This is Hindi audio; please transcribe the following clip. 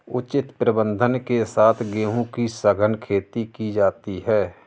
उचित प्रबंधन के साथ गेहूं की सघन खेती की जाती है